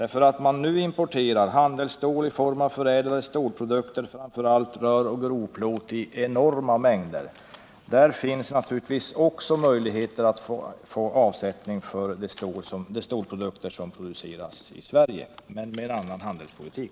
Sovjetunionen importerar nu handelsstål i form av förädlade stålprodukter, framför allt rör och grovplåt i enorma mängder. Där finns naturligtvis också möjlighet att få avsättning för de stålprodukter som framställs i Sverige — men med en annan handelspolitik.